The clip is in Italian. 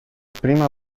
prima